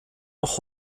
noch